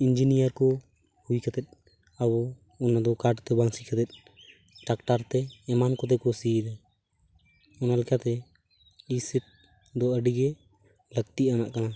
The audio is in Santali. ᱤᱧᱡᱤᱱᱤᱭᱟᱨ ᱠᱚ ᱦᱩᱭ ᱠᱟᱛᱮᱫ ᱟᱵᱚ ᱚᱱᱟ ᱫᱚ ᱠᱟᱴᱛᱮ ᱵᱟᱝ ᱥᱤ ᱠᱟᱛᱮᱫ ᱴᱟᱠᱴᱟᱨ ᱛᱮ ᱮᱢᱟᱱ ᱠᱚᱛᱮ ᱠᱚ ᱥᱤᱭᱫᱟ ᱚᱱᱟ ᱞᱮᱠᱟᱛᱮ ᱤ ᱥᱮᱯ ᱫᱚ ᱟ ᱰᱤᱜᱮ ᱞᱟ ᱠᱛᱤᱭᱟᱱᱟᱜ ᱠᱟᱱᱟ